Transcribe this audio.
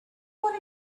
what